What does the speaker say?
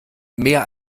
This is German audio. mehr